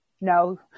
No